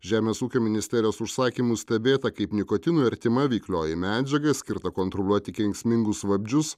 žemės ūkio ministerijos užsakymu stebėta kaip nikotinui artima veiklioji medžiaga skirta kontroliuoti kenksmingus vabzdžius